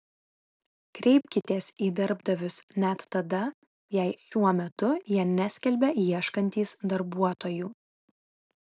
kreipkitės į darbdavius net tada jei šiuo metu jie neskelbia ieškantys darbuotojų